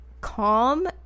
calm